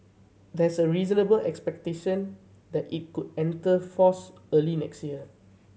there's a reasonable expectation that it could enter force early next year